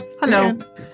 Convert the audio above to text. Hello